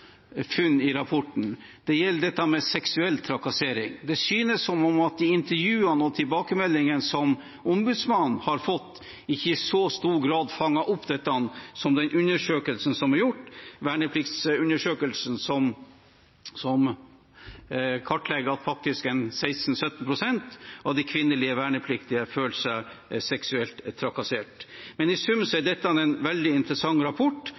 i rapporten, og det gjelder dette med seksuell trakassering. Det synes som at de intervjuene og tilbakemeldingene som Ombudsmannen har fått, ikke i så stor grad fanget opp dette som den undersøkelsen som er gjort, vernepliktsundersøkelsen, som kartlegger at faktisk 16–17 pst. av de kvinnelige vernepliktige føler seg seksuelt trakassert. I sum er dette en veldig interessant rapport.